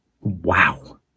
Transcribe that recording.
wow